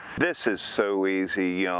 this is so easy, you